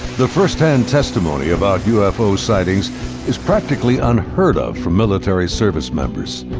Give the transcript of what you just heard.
the first hand testimony about ufo sightings is practically unheard of from military service members.